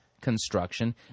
construction